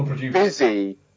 busy